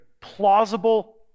plausible